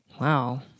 Wow